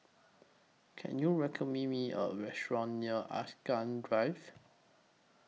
Can YOU Me Me A Restaurant near Angsana Drive